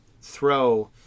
throw